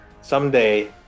Someday